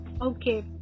Okay